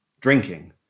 drinking